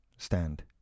Stand